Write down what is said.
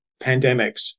pandemics